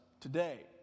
today